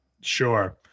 Sure